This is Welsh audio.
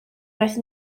wnaeth